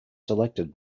selected